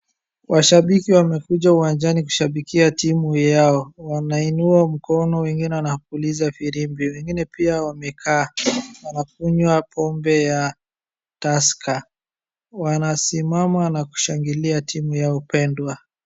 Mashabiki wamekuja kushabikia timu yao. Wanainua mkono wengine wanapuliza firimbi wengine pia wamekaa wanakunywa pombe ya tusker wanasimama na kushangilia timu yao pendwa.